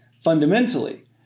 fundamentally